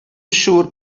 siŵr